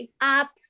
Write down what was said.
up